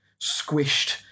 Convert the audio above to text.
squished